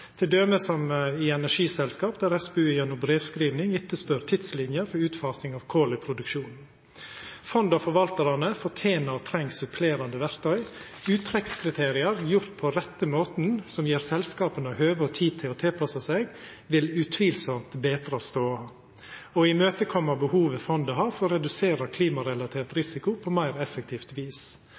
som til energiselskap, der SPU gjennom brevskriving etterspør tidslinja for utfasing av kol i produksjonen. Fonda og forvaltarane fortener og treng supplerande verkty. Uttrekkskriterium gjorde på rette måten, som gjev selskapa høve og tid til å tilpassa seg, vil utvilsamt betrast då, og imøtekoma behovet fondet har for å redusera klimarelatert risiko på meir effektivt vis.